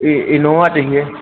ये इनोवा चाहिए